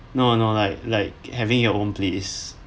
no no like like having your own place